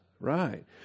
Right